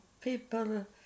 people